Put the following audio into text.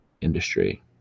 industry